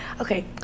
Okay